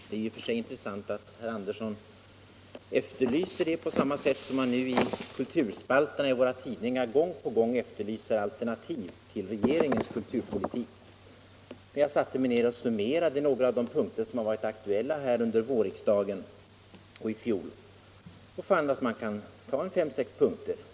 Det är intressant att herr Andersson efterlyser en sådan på samma gång som man nu i kulturspalterna i våra tidningar gång på gång efterlyser alternativ till regeringens kulturpolitik. Jag har satt mig ner och summerat några av de punkter som varit aktuella under vårriksdagen och i fjol, och resultatet blev följande.